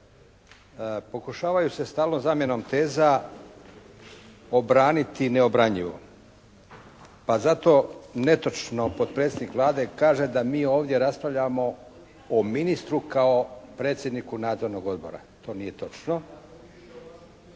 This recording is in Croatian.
pokušavaju se stalno zamjenom teza obraniti neobranjivo. Pa zato netočno potpredsjednik Vlade kaže da mi ovdje raspravljamo o ministru kao predsjedniku nadzornog odbora. To nije točno